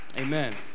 Amen